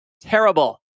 terrible